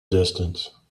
distance